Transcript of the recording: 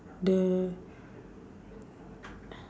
the